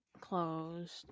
closed